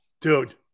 Dude